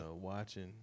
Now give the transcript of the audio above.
watching